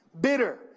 bitter